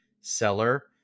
seller